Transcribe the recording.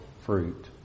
fruit